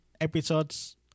episodes